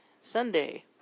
Sunday